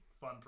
fun